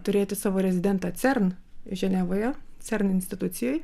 turėti savo rezidentą cern ženevoje cern institucijoj